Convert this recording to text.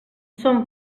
són